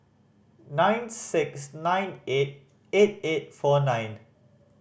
nine six nine eight eight eight four nine